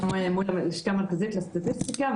בדקנו מול הלשכה המרכזית לסטטיסטיקה,